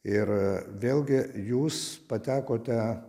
ir vėlgi jūs patekote